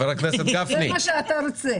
זה מה שאתה רוצה.